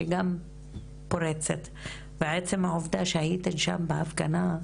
שגם פורצת ועצם העובדה שהייתן שם בהפגנה,